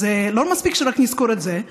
לא מספיק שרק נזכור את זה,